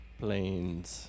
planes